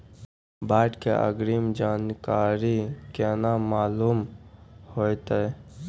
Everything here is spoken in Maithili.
बाढ़ के अग्रिम जानकारी केना मालूम होइतै?